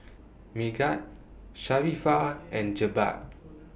Megat Sharifah and Jebat